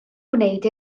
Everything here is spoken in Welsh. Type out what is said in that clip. gwneud